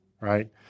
right